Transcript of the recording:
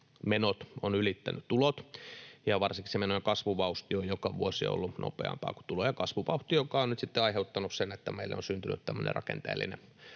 menot ovat ylittäneet tulot, ja varsinkin se menojen kasvuvauhti on joka vuosi ollut nopeampaa kuin tulojen kasvuvauhti, mikä on nyt sitten aiheuttanut sen, että meille on syntynyt tämmöinen rakenteellinen